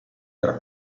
tra